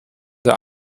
der